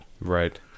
Right